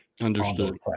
Understood